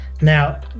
Now